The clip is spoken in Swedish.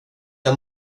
jag